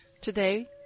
Today